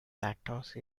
lactose